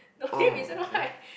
orh okay